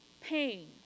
pain